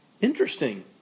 Interesting